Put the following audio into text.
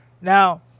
Now